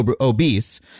obese